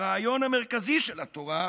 הרעיון המרכזי של התורה,